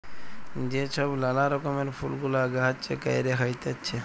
যে ছব লালা রকমের ফুল গুলা গাহাছে ক্যইরে হ্যইতেছে